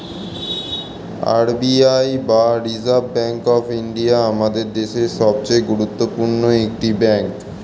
R B I বা reserve bank of India আমাদের দেশের সবচেয়ে গুরুত্বপূর্ণ একটি ব্যাঙ্ক